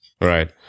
Right